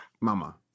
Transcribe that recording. mama